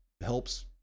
helps